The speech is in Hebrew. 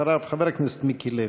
אחריו, חבר הכנסת מיקי לוי.